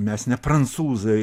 mes ne prancūzai